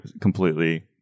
completely